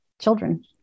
children